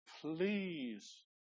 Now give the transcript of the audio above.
please